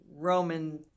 Roman